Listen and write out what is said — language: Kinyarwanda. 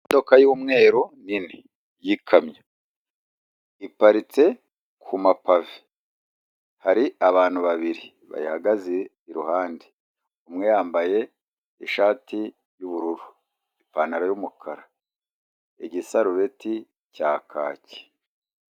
Imodoka y'umweru nini y'ikamyo iparitse ku mapave, hari abantu babiri bayihagaze iruhande, umwe yambaye ishati y'ubururu, ipantaro y'umukara, igisarubeti cya kaki.